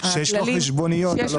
שיש לו חשבוניות,